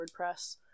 wordpress